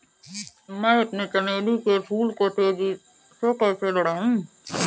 मैं अपने चमेली के फूल को तेजी से कैसे बढाऊं?